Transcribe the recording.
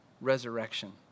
resurrection